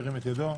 ירים את ידו.